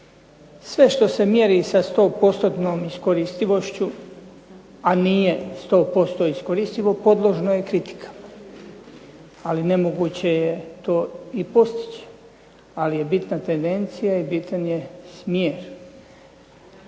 Sve što se mjeri sa 100%-nom iskoristivošću, a nije 100% iskoristivo podložno je kritikama, ali nemoguće je to i postići, ali je bitna tendencija i bitan je smjer.